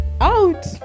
Out